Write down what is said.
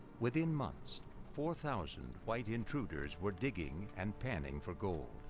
within months four thousand white intruders were digging and panning for gold.